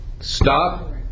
stop